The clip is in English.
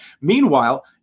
Meanwhile